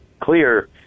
clear